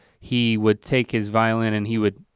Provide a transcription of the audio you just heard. he would take his violin and he would